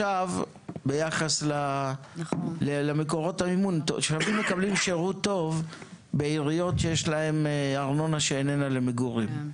תושבים מקבלים שירות טוב בעיריות שיש להן ארנונה שלא למגורים.